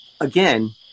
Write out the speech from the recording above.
again